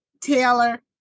Taylor